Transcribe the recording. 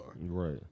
Right